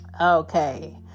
Okay